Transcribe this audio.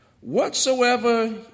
whatsoever